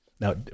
Now